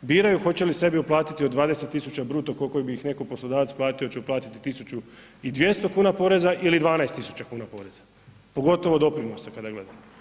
biraju hoće li sebi uplatiti od 20.000 bruto koliko bi ih neko poslodavac platio jel ću uplatiti 1.200 kuna poreza ili 12.000 kuna poreza, pogotovo doprinosa kada gledamo.